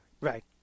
Right